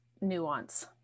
nuance